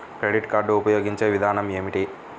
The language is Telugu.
క్రెడిట్ కార్డు ఉపయోగించే విధానం ఏమి?